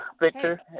Victor